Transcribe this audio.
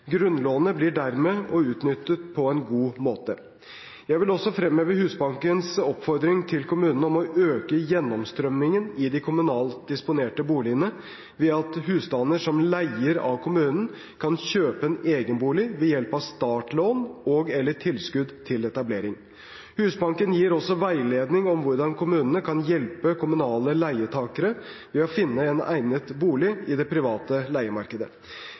Grunnlånet blir dermed utnyttet på en god måte. Jeg vil også fremheve Husbankens oppfordring til kommunene om å øke gjennomstrømmingen i de kommunalt disponerte boligene ved at husstander som leier av kommunen, kan kjøpe en egen bolig ved hjelp av startlån og/eller tilskudd til etablering. Husbanken gir også veiledning om hvordan kommunene kan hjelpe kommunale leietakere ved å finne en egnet bolig i det private leiemarkedet.